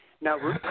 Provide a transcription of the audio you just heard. now